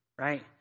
right